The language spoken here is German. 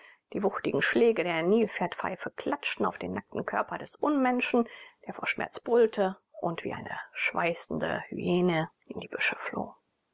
die wuchtigen schläge der nilpferdpeitsche klatschten auf den nackten körper des unmenschen der vor schmerz brüllte und wie eine schweißende hyäne in die büsche floh